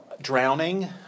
drowning